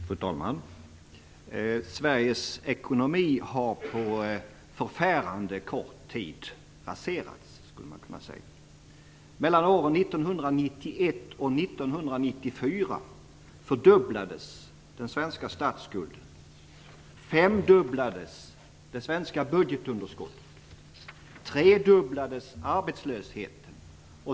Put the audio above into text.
Fru talman! Sveriges ekonomi har på förfärande kort tid raserats. Mellan åren 1991 och 1994 fördubblades den svenska statsskulden, femdubblades det svenska budgetunderskottet och tredubblades arbetslösheten.